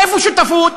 איפה שותפות?